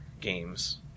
games